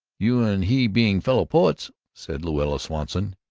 you and he being fellow-poets, said louetta swanson.